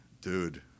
dude